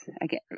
again